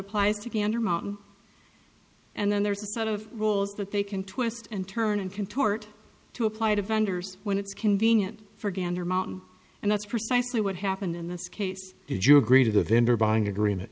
applies to gander mountain and then there's a set of rules that they can twist and turn and contort to apply to vendors when it's convenient for gander mountain and that's precisely what happened in this case did you agree to the vendor buying agreement